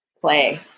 play